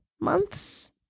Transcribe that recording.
months